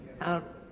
out